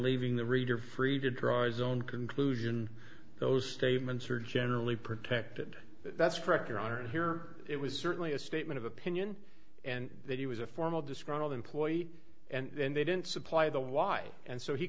leaving the reader free to draw his own conclusion those statements are generally protected that's correct your honor and here it was certainly a statement of opinion and that he was a formal disgruntled employee and they didn't supply the why and so he